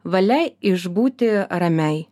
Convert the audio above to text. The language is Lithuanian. valia išbūti ramiai